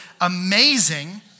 amazing